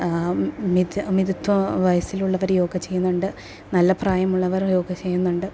മിത മിതത്വ വയസ്സിലുള്ളവർ യോഗ ചെയ്യുന്നുണ്ട് നല്ല പ്രായമുള്ളവർ യോഗ ചെയ്യുന്നുണ്ട് അപ്പോൾ